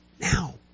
now